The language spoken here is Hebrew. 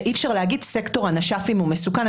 ואי אפשר להגיד סקטור הנש"פים הוא מסוכן.